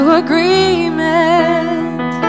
agreement